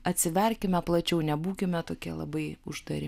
atsiverkime plačiau nebūkime tokie labai uždari